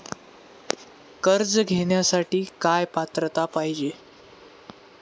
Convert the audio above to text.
कर्ज घेण्यासाठी काय पात्रता पाहिजे?